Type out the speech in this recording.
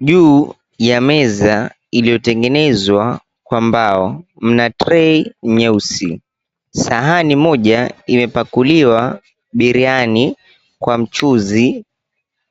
Juu ya meza iliyotengenezwa kwa mbao, mna tray nyeusi. Sahani moja imepakuliwa biriani kwa mchuzi